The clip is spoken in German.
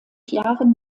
jahren